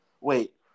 wait